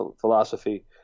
philosophy